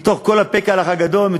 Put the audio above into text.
מתוך כל ה"פעקלך" הגדולים,